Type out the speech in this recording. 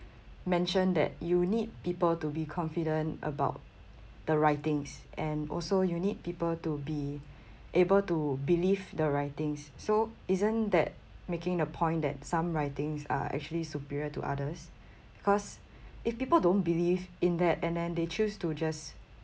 mentioned that you need people to be confident about the writings and also you need people to be able to believe the writings so isn't that making a point that some writings are actually superior to others because if people don't believe in that and then they choose to just